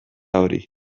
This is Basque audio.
hori